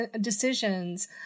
decisions